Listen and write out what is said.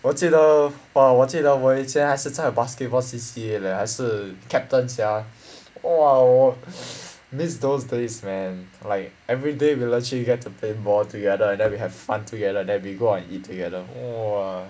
我记得 !wah! 我记得我以前还是在 basketball C_C_A leh 还是 captain sia !wah! uh miss those days man like everyday we actually get to play ball together and then we have fun together then we go out and eat together !wah!